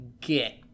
get